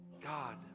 God